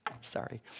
sorry